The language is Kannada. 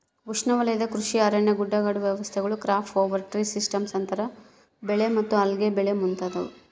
ಉಷ್ಣವಲಯದ ಕೃಷಿ ಅರಣ್ಯ ಗುಡ್ಡಗಾಡು ವ್ಯವಸ್ಥೆಗಳು ಕ್ರಾಪ್ ಓವರ್ ಟ್ರೀ ಸಿಸ್ಟಮ್ಸ್ ಅಂತರ ಬೆಳೆ ಮತ್ತು ಅಲ್ಲೆ ಬೆಳೆ ಮುಂತಾದವು